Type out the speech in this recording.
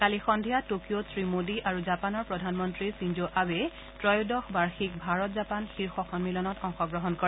কালি সদ্ধিয়া টকিঅত শ্ৰীমোডী আৰু জাপানৰ প্ৰধানমন্তী খিনজো আবেই ত্ৰয়োদশ বাৰ্ষিক ভাৰত জাপান শীৰ্ষ সন্মিলনত অংশগ্ৰহণ কৰে